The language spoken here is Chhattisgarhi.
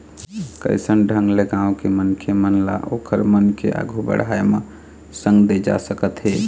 कइसन ढंग ले गाँव के मनखे मन ल ओखर मन के आघु बड़ाय म संग दे जा सकत हे